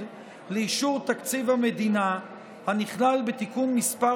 לאישור תקציב המדינה הנכלל בתיקון מס'